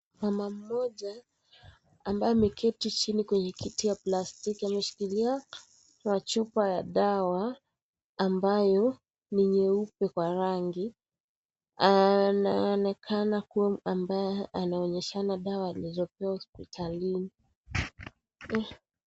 Mama mmoja ambaye ameketi chini kwenye kiti ya plastiki ameshikilia chupa ya dawa ambayo ni nyeupe kwa rangi. Anaonekana kuwa ambaye anaonyeshana dawa alizopewa hospitalini.